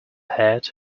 head